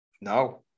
no